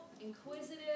inquisitive